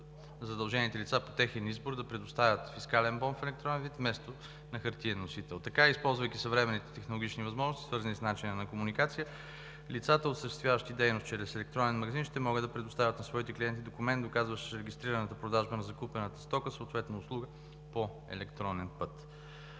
задължените лица по техен избор да предоставят фискалния бон в електронен вид, вместо на хартиен носител. Така, използвайки съвременните технологични възможности, свързани с начина на комуникация, лицата, осъществяващи дейност чрез електронен магазин, ще могат да предоставят на своите клиенти документ, доказващ регистрираната продажба на закупената стока, съответно услуга, по електронен път.